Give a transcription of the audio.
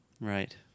Right